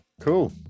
Cool